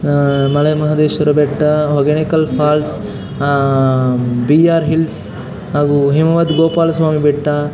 ಮ ಮಲೆಮಹದೇಶ್ವರ ಬೆಟ್ಟ Hogenakkal falls B R hills ಹಾಗೂ ಹಿಮವದ್ ಗೋಪಾಲಸ್ವಾಮಿ ಬೆಟ್ಟ